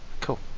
Cool